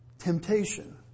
temptation